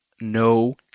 No